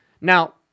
Now